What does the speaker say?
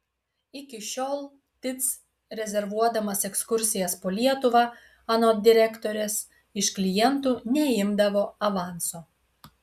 iki šiol tic rezervuodamas ekskursijas po lietuvą anot direktorės iš klientų neimdavo avanso